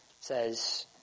says